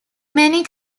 many